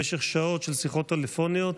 במשך שעות של שיחות טלפוניות